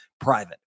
private